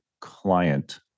client